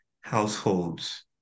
households